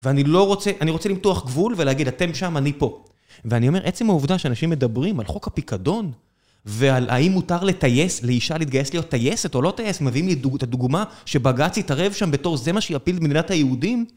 ואני לא רוצה, אני רוצה למתוח גבול ולהגיד, אתם שם, אני פה. ואני אומר, עצם העובדה שאנשים מדברים על חוק הפיקדון ועל האם מותר לטייס, לאישה להתגייס להיות טייסת או לא טייסת, מביאים לי את הדוגמה שבג"צ התערב שם בתור זה מה שיפיל את מדינת היהודים.